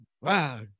wow